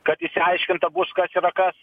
kad išsiaiškinta bus kas yra kas